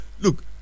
Look